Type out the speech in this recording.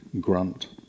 grunt